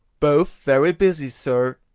both very busy, sir.